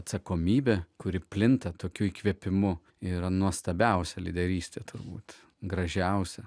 atsakomybė kuri plinta tokiu įkvėpimu ir nuostabiausia lyderystė turbūt gražiausia